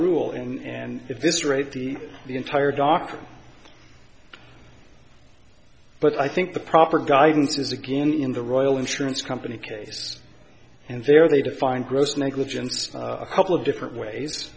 rule in and if this rate the the entire doc but i think the proper guidance is again in the royal insurance company case and there they defined gross negligence a couple of different ways